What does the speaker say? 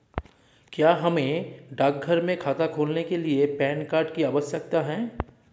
क्या हमें डाकघर में खाता खोलने के लिए पैन कार्ड की आवश्यकता है?